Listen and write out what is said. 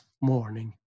morning